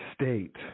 state